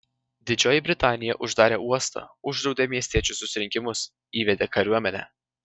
didžioji britanija uždarė uostą uždraudė miestiečių susirinkimus įvedė kariuomenę